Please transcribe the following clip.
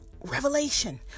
revelation